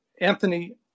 Anthony